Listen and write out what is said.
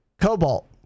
Cobalt